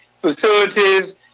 facilities